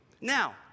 Now